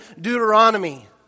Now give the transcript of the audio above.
Deuteronomy